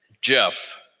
Jeff